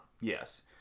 yes